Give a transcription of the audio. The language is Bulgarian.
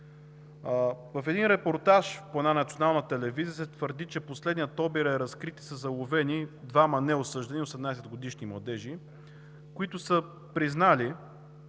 В един репортаж по една национална телевизия се твърди, че последният обир е разкрит и са заловени двама неосъждани 18-годишни младежи, които са признали